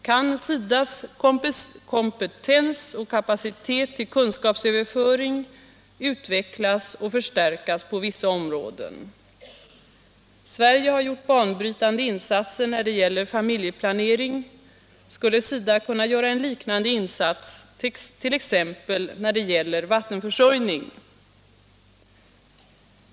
Kan SIDA:s kompetens och kapacitet till kunskapsöverföring utvecklas och förstärkas på vissa områden? Sverige har gjort banbrytande insatser när det gäller familjeplanering. Skulle SIDA kunna göra en liknande insats t.ex. när det gäller vattenförsörjning?